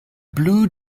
blue